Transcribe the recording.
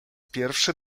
pierwszy